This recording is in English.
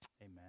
amen